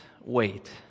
Wait